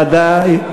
ודאי.